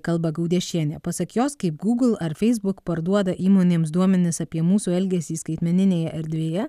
kalba gaudešienė pasak jos kaip google ar facebook parduoda įmonėms duomenis apie mūsų elgesį skaitmeninėj erdvėje